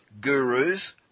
gurus